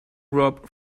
rob